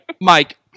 Mike